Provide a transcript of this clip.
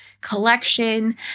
collection